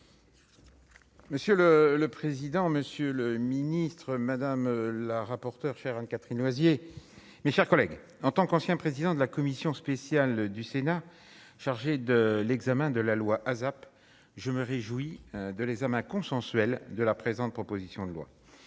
Monsieur le président, monsieur le ministre madame la rapport. Faire Anne-Catherine Loisier, mes chers collègues, en tant qu'ancien président de la commission spéciale du Sénat chargée de l'examen de la loi ASAP je me réjouis de l'examen consensuelle de la présente proposition de loi,